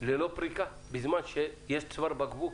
ללא פריקה בזמן שיש צוואר בקבוק